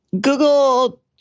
Google